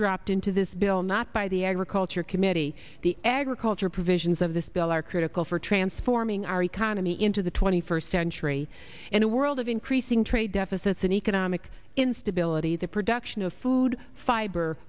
airdropped into this bill not by the agriculture committee the agriculture provisions of this bill are critical for transforming our economy into the twenty first century in a world of increasing trade deficits and economic instability the production of food fib